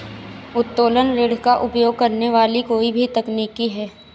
उत्तोलन ऋण का उपयोग करने वाली कोई भी तकनीक है